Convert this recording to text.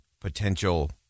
potential